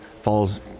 falls